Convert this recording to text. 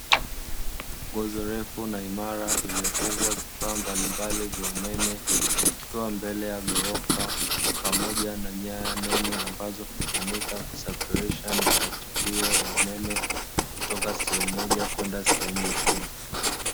Nguzo refu na imara iliyofungwa vifaa mbalimbali vyao umeme, ikiwa mbele ya ghorofa pamoja na nyaya nene, ambazo hutumika kusafirisha nishati hiyo ya umeme, kutoka sehemu moja kwenda sehemu nyingine.